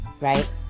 Right